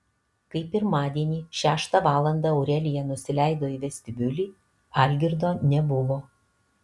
kai pirmadienį šeštą valandą aurelija nusileido į vestibiulį algirdo nebuvo